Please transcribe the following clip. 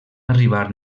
arribar